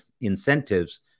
incentives